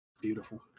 Beautiful